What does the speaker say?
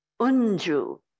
Unju